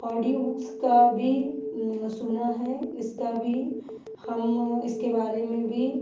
audiobooks का भी सुना है इसका भी हम इसके बारे में भी